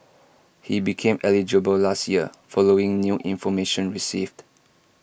he became eligible last year following new information received